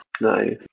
Nice